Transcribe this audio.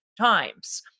times